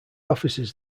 officers